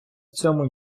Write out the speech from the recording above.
цьому